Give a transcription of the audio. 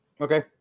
okay